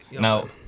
Now